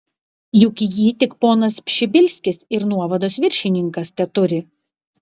juk jį tik ponas pšibilskis ir nuovados viršininkas teturi